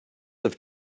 have